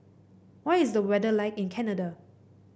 what is the weather like in Canada